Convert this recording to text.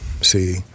See